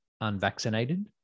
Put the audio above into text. unvaccinated